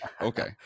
okay